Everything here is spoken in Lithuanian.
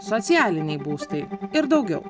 socialiniai būstai ir daugiau